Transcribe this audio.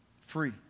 Free